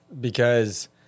because-